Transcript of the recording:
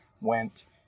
went